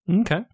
okay